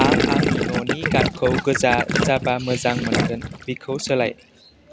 आं आंनि न'नि गाबखौ गोजा जाबा मोजां मोनगोन बेखौ सोलाय